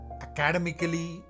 academically